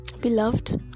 Beloved